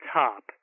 top